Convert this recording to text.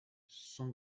son